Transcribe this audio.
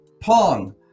pong